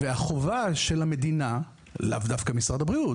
החובה של המדינה, לאו דווקא משרד הבריאות